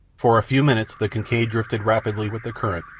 for a few minutes the kincaid drifted rapidly with the current,